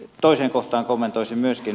toiseen kohtaan kommentoisin myöskin